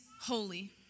holy